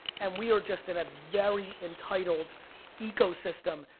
and we are just in a very entitled ecosystem.